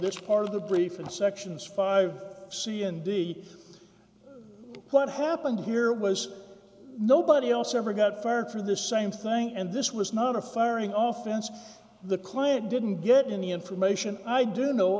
this part of the brief in sections five c and d what happened here was nobody else ever got fired for the same thing and this was not a firing off in the client didn't get in the information i do know